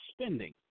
spending